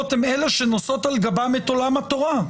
הן אלה שנושאות על גבן את עולם התורה.